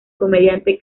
comediante